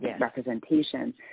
representation